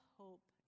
hope